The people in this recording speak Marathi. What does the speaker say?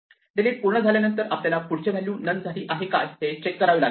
डिलीट पूर्ण झाल्यानंतर आपल्याला पुढचे व्हॅल्यू नन झाली आहे काय हे चेक करावे लागेल